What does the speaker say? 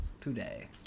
today